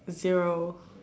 zero